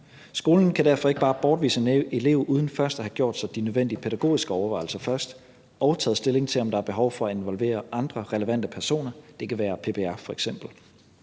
Skolen kan derfor ikke bare bortvise en elev uden først at have gjort sig de nødvendige pædagogiske overvejelser og taget stilling til, om der er behov for at involvere andre relevante personer – det kunne f.eks.